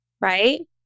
Right